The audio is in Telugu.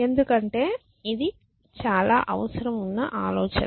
ఎందుకంటే ఇది చాలా అవసరం ఉన్న ఆలోచన